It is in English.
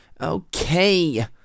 Okay